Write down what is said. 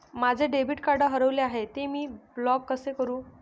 माझे debit card हरविले आहे, ते मी ब्लॉक कसे करु?